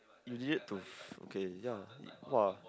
yet to f~ okay ya !wah!